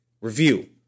review